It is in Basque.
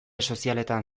sozialetan